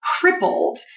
crippled